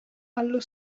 allo